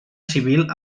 civil